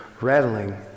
rattling